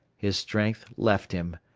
his strength left him,